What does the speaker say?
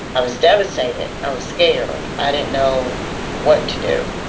i was devastated. i was scared. i didn't know what to do.